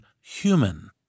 human